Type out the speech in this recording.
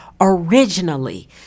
originally